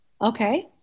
Okay